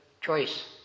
choice